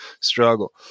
struggle